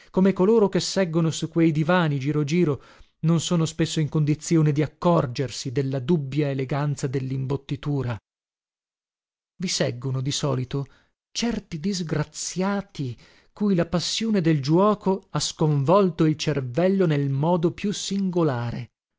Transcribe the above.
come coloro che seggono su quei divani giro giro non sono spesso in condizione di accorgersi della dubbia eleganza dell imbottitura i seggono di solito certi disgraziati cui la passione del giuoco ha sconvolto il cervello nel modo più singolare